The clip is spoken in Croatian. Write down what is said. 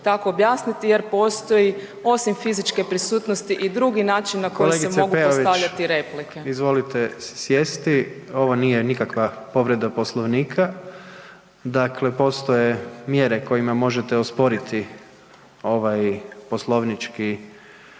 jer postoji osim fizičke prisutnosti i drugi načini na koji se mogu postavljati replike. **Jandroković, Gordan (HDZ)** Kolegice Peović izvolite sjesti. Ovo nije nikakva povreda Poslovnika. Dakle, postoje mjere kojima možete osporiti ovu poslovničku definiciju